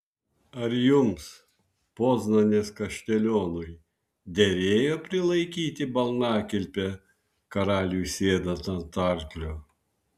ar jums poznanės kaštelionui derėjo prilaikyti balnakilpę karaliui sėdant ant arklio